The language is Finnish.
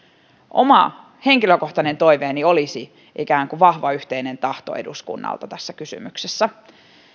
oma henkilökohtainen toiveeni olisi vahva yhteinen tahto eduskunnalta tässä kysymyksessä